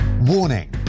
Warning